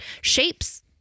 shapes